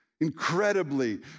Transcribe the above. incredibly